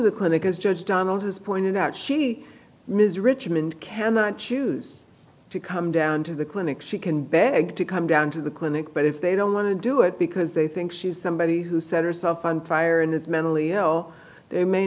the clinic as judge donald has pointed out she ms richmond cannot choose to come down to the clinic she can beg to come down to the clinic but if they don't want to do it because they think she is somebody who set herself on fire and is mentally ill they may